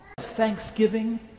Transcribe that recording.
Thanksgiving